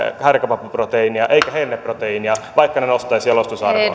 härkäpapuproteiinia eikä herneproteiinia vaikka ne nostaisivat jalostusarvoa